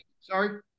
sorry